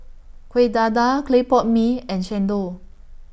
Kueh Dadar Clay Pot Mee and Chendol